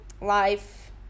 Life